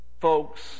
folks